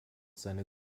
seine